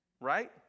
right